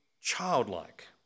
childlike